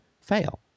fail